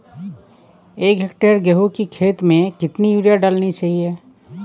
एक हेक्टेयर गेहूँ की खेत में कितनी यूरिया डालनी चाहिए?